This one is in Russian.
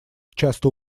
часто